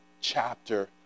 chapter